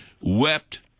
wept